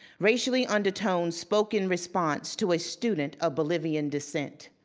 racially undertoned spoken response to a student of bolivian descent,